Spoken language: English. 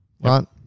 right